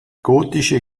gotische